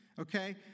Okay